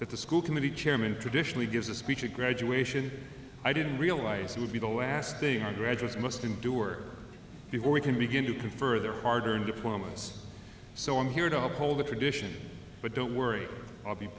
that the school committee chairman traditionally gives a speech a graduation i didn't realize it would be the last day our graduates must endure before we can begin to confer their hard earned diplomas so i'm here to uphold the tradition but don't worry i'll be